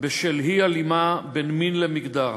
בשל אי-הלימה בין מין למגדר,